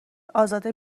ازاده